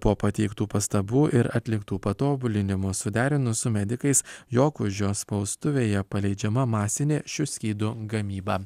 po pateiktų pastabų ir atliktų patobulinimų suderinus su medikais jokužio spaustuvėje paleidžiama masinė šių skydų gamyba